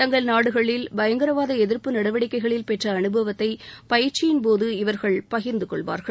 தங்கள் நாடுகளில் பயங்கரவாத எதிர்ப்பு நடவடிக்கைகளில் பெற்ற அனுபவத்தை பயிற்சியின்போது இவர்கள் பகிர்ந்து கொள்வார்கள்